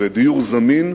ודיור זמין,